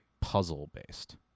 puzzle-based